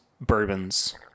bourbons